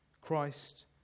Christ